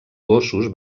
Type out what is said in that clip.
gossos